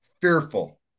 fearful